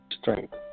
strength